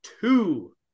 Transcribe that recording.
two